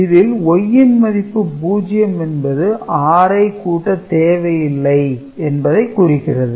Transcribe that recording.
இதில் Y ன் மதிப்பு 0 என்பது 6 ஐ கூட்ட தேவை இல்லை என்பதை குறிக்கிறது